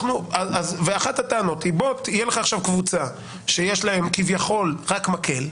אחת הטענות היא שתהיה לך עכשיו קבוצה שיש לה כביכול רק מקל,